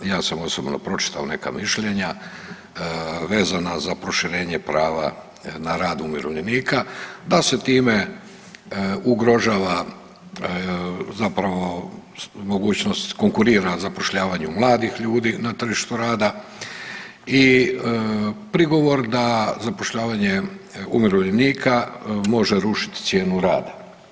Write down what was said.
Ja sam osobno pročitao neka mišljenja vezana za proširenje prava na rad umirovljenika, da se time ugrožava mogućnost konkurira zapošljavanju mladih ljudi na tržištu rada i prigovor da zapošljavanje umirovljenika može rušiti cijenu rada.